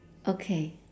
okay